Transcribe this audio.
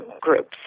groups